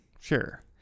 sure